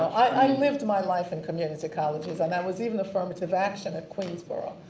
i lived my life in community colleges and there was even affirmative action at queensborough.